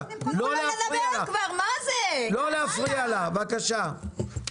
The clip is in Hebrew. לא להפריע לה בבקשה.